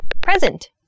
Present